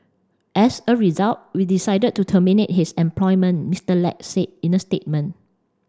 as a result we decided to terminate his employment Mister Lack said in a statement